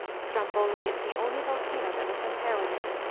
stromboli is the only volcano that will compare with it.